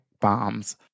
bombs